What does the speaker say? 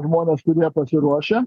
žmonės jie pasiruošę